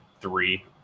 three